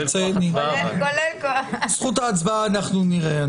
זכות ההצבעה נראה.